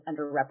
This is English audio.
underrepresented